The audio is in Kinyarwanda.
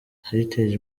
heritage